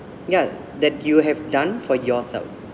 ya that you have done for yourself